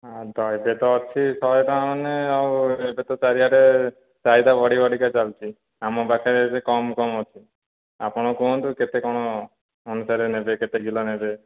ହଁ ତ ଏବେତ ଅଛି ଶହେଟଙ୍କା ମାନେ ଆଉ ଏବେତ ଚାରିଆଡ଼େ ଚାହିଦା ବଢ଼ି ବଢ଼ିକା ଚାଲିଛି ଆମ ପାଖରେ ଏବେ କମ୍ କମ୍ ଅଛି ଆପଣ କୁହନ୍ତୁ କେତେ କ'ଣ ଅନୁସାରେ ନେବେ କେତେ କିଲୋ ନେବେ